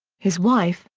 his wife,